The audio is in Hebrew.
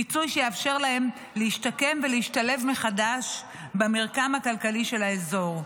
פיצוי שיאפשר להם להשתקם ולהשתלב מחדש במרקם הכלכלי באזור,